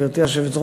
גברתי היושבת-ראש,